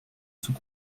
sous